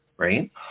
Right